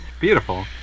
Beautiful